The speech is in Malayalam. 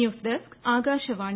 news desk Akashvani